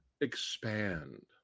expand